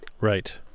Right